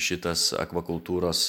šitas akvakultūros